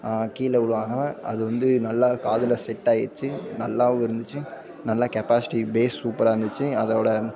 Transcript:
கீழே விழுவாம அது வந்து நல்லா காதில் செட்டாயிருச்சு நல்லாவும் இருந்திச்சு நல்லா கெப்பாசிட்டி பேஸ் சூப்பராக இருந்திச்சு அதோடு